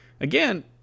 again